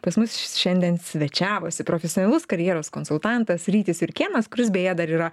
pas mus šiandien svečiavosi profesionalus karjeros konsultantas rytis jurkėnas kuris beje dar yra